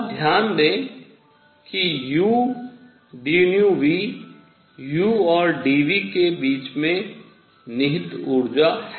अब ध्यान दें कि udνV u और dν के बीच निहित ऊर्जा है